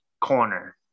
corner